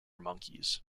monkeys